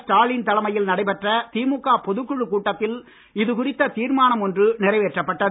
ஸ்டாலின் தலைமையில் நடைபெற்ற திமுக பொதுக் குழு கூட்டத்தில் இதுகுறித்த தீர்மானம் ஒன்று நிறைவேற்றப்பட்டது